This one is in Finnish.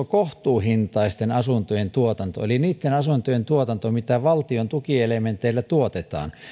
kohtuuhintaisten asuntojen tuotannon eli niitten asuntojen tuotannon mitä valtion tukielementeillä tuotetaan